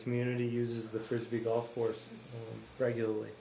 community uses the frisbee golf course regularly